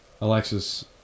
Alexis